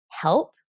help